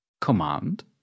Command